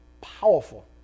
powerful